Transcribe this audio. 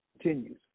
continues